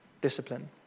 discipline